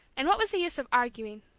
and what was the use of arguing?